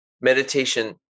meditation